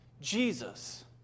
Jesus